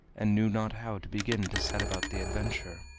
and knew not how to begin to set about the adventure.